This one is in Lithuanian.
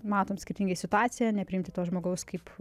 matom skirtingai situaciją nepriimti to žmogaus kaip